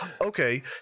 okay